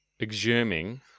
Exhuming